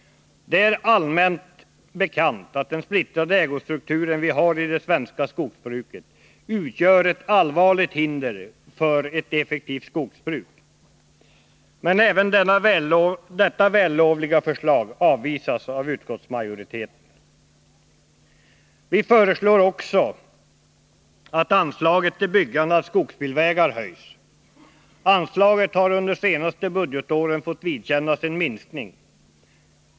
Det är allmänt bekant att den splittrade ägostrukturen i det svenska jordbruket utgör ett allvarligt hinder för ett effektivt skogsbruk. Men även detta vällovliga förslag avvisas av utskottsmajoriteten. Vi föreslår också att anslaget till byggande av skogsbilvägar höjs. Anslaget har under de senaste budgetåren fått vidkännas en minskning.